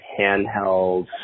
handheld